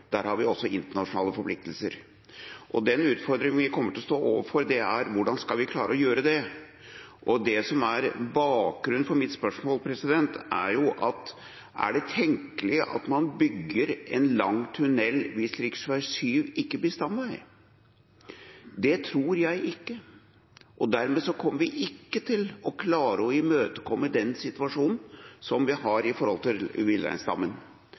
Der har vi også internasjonale forpliktelser. Den utfordringen vi kommer til å stå overfor, er: Hvordan skal vi klare å gjøre det? Det som er bakgrunnen for mitt spørsmål, er: Er det tenkelig at man bygger en lang tunnel hvis rv. 7 ikke blir stamvei? Det tror jeg ikke. Og dermed kommer vi ikke til å imøtekomme den situasjonen vi har